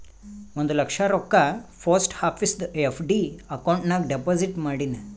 ಒಂದ್ ಲಕ್ಷ ರೊಕ್ಕಾ ಪೋಸ್ಟ್ ಆಫೀಸ್ದು ಎಫ್.ಡಿ ಅಕೌಂಟ್ ನಾಗ್ ಡೆಪೋಸಿಟ್ ಮಾಡಿನ್